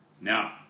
Now